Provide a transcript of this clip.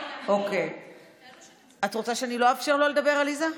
אוקיי, את רוצה שאני לא אאפשר לו לדבר, עליזה?